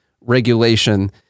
regulation